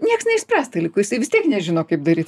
nieks neišspręsta liko jisai vis tiek nežino kaip daryt